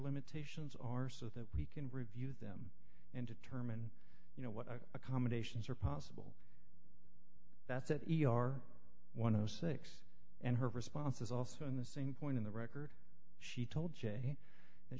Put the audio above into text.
limitations are so that we can review them and determine you know what accommodations are possible that that are one of those six and her response is also on the same point in the record she told jay and